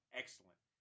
excellent